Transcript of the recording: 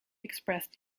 expressed